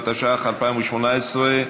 התשע"ח 2018,